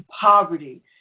poverty